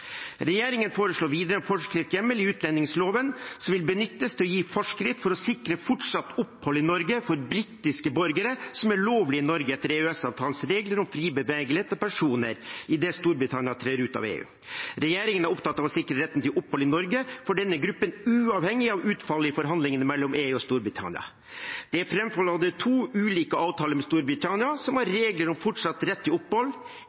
Regjeringen foreslår videre en forskriftshjemmel i utlendingsloven som vil benyttes til å gi forskrift for å sikre fortsatt opphold i Norge for britiske borgere som er lovlig i Norge etter EØS-avtalens regler om fri bevegelighet av personer idet Storbritannia trer ut av EU. Regjeringen er opptatt av å sikre retten til opphold i Norge for denne gruppen uavhengig av utfallet i forhandlingene mellom EU og Storbritannia. Det er framforhandlet to ulike avtaler med Storbritannia, som har regler om fortsatt rett til opphold: